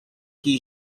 qui